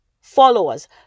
followers